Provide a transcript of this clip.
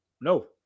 no